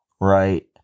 right